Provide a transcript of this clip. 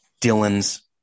Dylan's